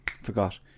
forgot